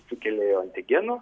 sukėlėjo antigenų